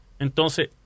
Entonces